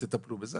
תטפלו בזה,